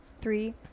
Three